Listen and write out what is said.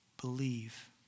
believe